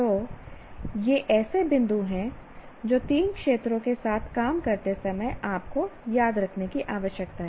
तो ये ऐसे बिंदु हैं जो तीन क्षेत्रों के साथ काम करते समय आपको याद रखने की आवश्यकता है